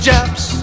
Japs